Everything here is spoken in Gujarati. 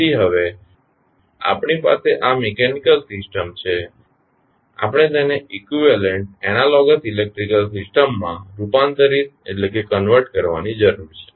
તેથી હવે આપણી પાસે આ મિકેનીકલ સિસ્ટમ છે આપણે તેને ઇકવીવેલન્ટ એનાલોગસ ઇલેકટ્રીકલ સિસ્ટમમાં રૂપાંતરિત કરવાની જરૂર છે